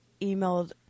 emailed